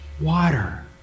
water